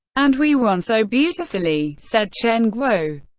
and we won so beautifully, said chen guo.